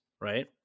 right